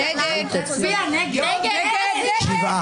נפל.